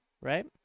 right